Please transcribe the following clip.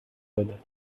بده